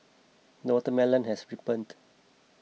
the watermelon has ripened